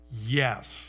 Yes